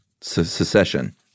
Secession